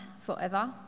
forever